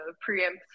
preempt